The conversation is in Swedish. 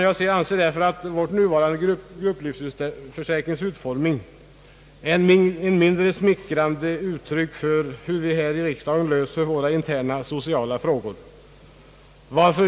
Jag anser därför, herr talman, att vår grupplivförsäkrings utformning är ett mindre smickrande uttryck för hur vi här i riksdagen löser våra interna sociala frågor.